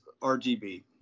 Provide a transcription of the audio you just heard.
RGB